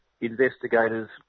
investigators